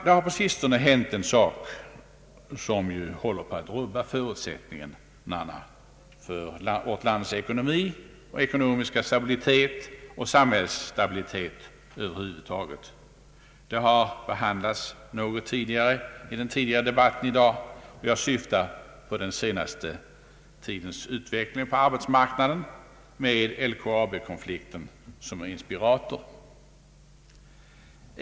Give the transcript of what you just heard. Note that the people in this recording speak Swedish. Det har på sistone hänt en sak som håller på att rubba förutsättningarna för vårt lands ekonomi, ekonomiska stabilitet och samhällsstabilitet över huvud taget, en sak som också har berörts i den tidigare debatten i dag. Jag syftar på den senaste tidens utveckling på arbetsmarknaden med LKAB-konflikten som inspirator.